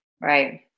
Right